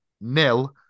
nil